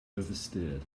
oversteered